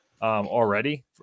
already